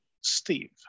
Steve